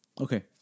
Okay